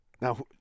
Now